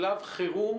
שלב חירום